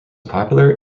popular